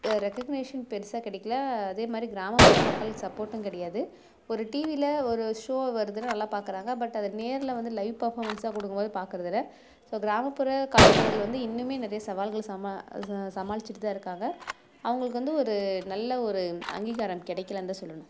recognition பெரிசா கிடைக்கல அதேமாதிரி கிராமப்புற மக்கள் சப்போர்ட்டும் கிடையாது ஒரு டிவியில் ஒரு ஷோ வருதுனால் நல்லா பார்க்குறாங்க பட் அதை நேரில் வந்து லைவ் பர்ஃபாமென்ஸாக கொடுக்கும் போது பார்க்கறதில்ல ஸோ கிராமப்புற கலைஞர்கள் வந்து இன்னும் நிறைய சவால்களை சமா ச சமாளிச்சுட்டு தான் இருக்காங்க அவர்களுக்கு வந்து ஒரு நல்ல ஒரு அங்கீகாரம் கிடைக்கலன்னு தான் சொல்லணும்